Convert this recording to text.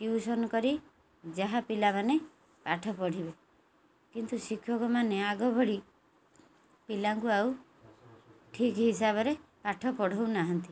tuition କରି ଯାହା ପିଲାମାନେ ପାଠ ପଢ଼ିବେ କିନ୍ତୁ ଶିକ୍ଷକମାନେ ଆଗ ଭଳି ପିଲାଙ୍କୁ ଆଉ ଠିକ୍ ହିସାବରେ ପାଠ ପଢ଼ଉନାହାନ୍ତି